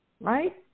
right